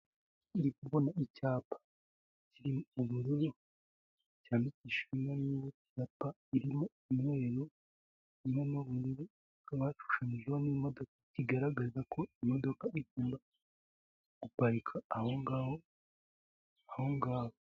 Turikubona icyapa kiriho ubururu cy'andikishijwe muri icyo cyapa ibara ririmo umweru ,ririmo n'ubururu bashushanyijeho n'imodoka kigaragaza ko imodoka igomba guparika ahongaho ahongaho.